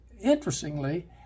interestingly